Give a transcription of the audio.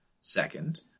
Second